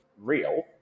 real